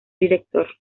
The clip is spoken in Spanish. director